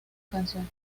canción